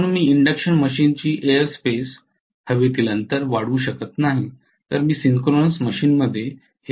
म्हणून मी इंडक्शन मशीनची एअर स्पेस वाढवू शकत नाही तर मी सिंक्रोनस मशीनमध्ये हे करू शकतो